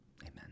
Amen